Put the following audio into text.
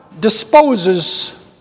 disposes